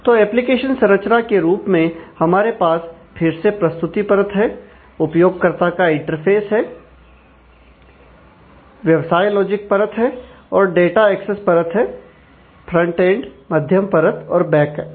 तो एप्लीकेशन संरचना के रूप में हमारे पास फिर से प्रस्तुति परत है उपयोगकर्ता का इंटरफ़ेस है व्यवसाय लॉजिक परत है और डाटा एक्सेस परत है फ्रंट एंड मध्यम परत और बैक एंड